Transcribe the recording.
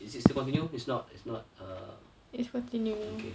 is it still continue it's not it's not uh okay